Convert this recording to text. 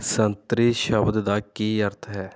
ਸੰਤਰੀ ਸ਼ਬਦ ਦਾ ਕੀ ਅਰਥ ਹੈ